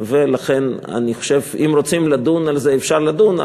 אם רוצים לדון על זה אפשר לדון,